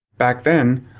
back then,